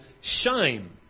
shame